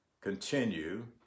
continue